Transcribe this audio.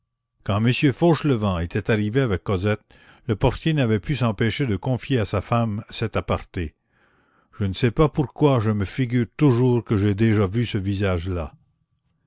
quand m fauchelevent était arrivé avec cosette le portier n'avait pu s'empêcher de confier à sa femme cet aparté je ne sais pourquoi je me figure toujours que j'ai déjà vu ce visage là